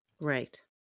Right